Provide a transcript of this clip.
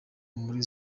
muri